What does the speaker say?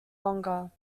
longer